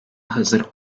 hazır